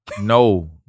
No